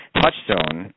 touchstone